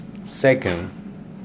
second